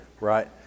right